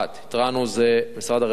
משרד הרווחה,